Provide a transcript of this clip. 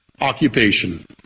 occupation